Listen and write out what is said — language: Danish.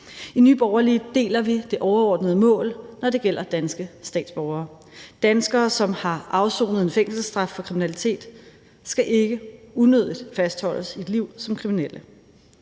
I Nye Borgerlige deler vi det overordnede mål, når det gælder danske statsborgere. Danskere, som har afsonet en fængselsstraf for kriminalitet, skal ikke unødigt fastholdes i et liv som kriminel.